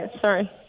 sorry